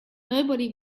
nobody